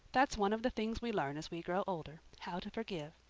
that's one of the things we learn as we grow older how to forgive.